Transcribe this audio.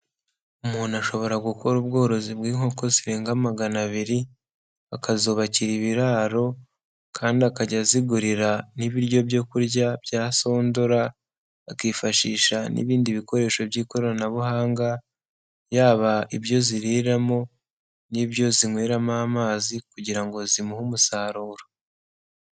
Umuntu ashobora gukora ubworozi bw'inkoko zirenga magana abiri, akazubakira ibiraro kandi akajya azigurira n'ibiryo byo kurya bya sondora, akifashisha n'ibindi bikoresho by'ikoranabuhanga, yaba ibyo ziriramo n'ibyo zinyweramo amazi kugira ngo zimuhe umusaruro.